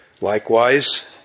Likewise